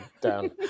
down